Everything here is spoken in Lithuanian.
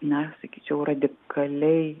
na sakyčiau radikaliai